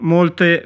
Molte